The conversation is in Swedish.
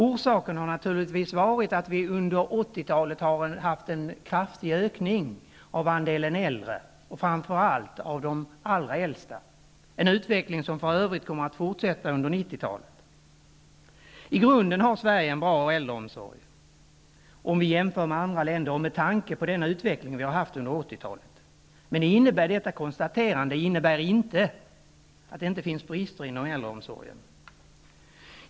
Orsaken till detta har naturligtvis varit att vi under 80-talet har haft en kraftig ökning av andelen äldre och framför allt av de allra äldsta, en utveckling som för övrigt kommer att fortsätta under 90-talet. I grunden har Sverige en bra äldreomsorg i jämförelse med andra länder och med tanke på den utveckling vi har haft under 80-talet. Detta konstaterande innebär emellertid inte att det inte finns brister inom äldreomsorgen.